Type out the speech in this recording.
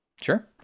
sure